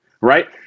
Right